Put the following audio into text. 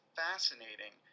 fascinating